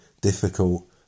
difficult